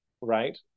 right